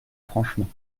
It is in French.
franchement